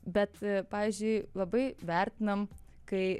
bet pavyzdžiui labai vertinam kai